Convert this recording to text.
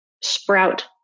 sprout